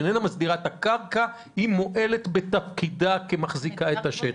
איננה מסדירה את הקרקע היא מועלת בתפקידה כמחזיקה את השטח.